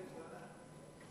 תראה איזו גדולה ירושלים,